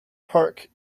park